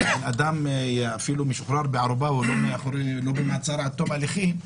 ואדם אפילו משוחרר בערבות ולא במעצר עד תום הליכים,